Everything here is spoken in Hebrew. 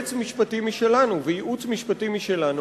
יועץ משפטי משלנו, וייעוץ משפטי משלנו.